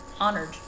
honored